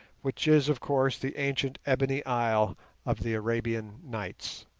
which is of course the ancient ebony isle of the arabian nights'